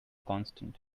constant